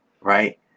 Right